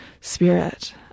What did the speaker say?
spirit